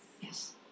Yes